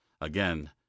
again